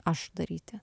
aš daryti